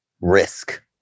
risk